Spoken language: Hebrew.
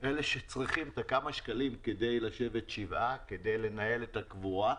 אלה שצריכים את הכמה שקלים כדי לשבת שבעה ולנהל את הקבורה,